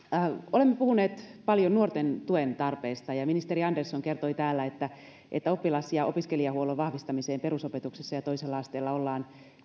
olemme puhuneet paljon nuorten tuentarpeesta ja ministeri andersson kertoi täällä että että oppilas ja opiskelijahuollon vahvistamiseen perusopetuksessa ja toisella asteella ollaan